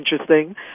interesting